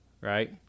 right